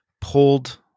pulled